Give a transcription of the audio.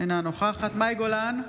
אינה נוכחת מאי גולן,